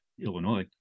illinois